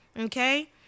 okay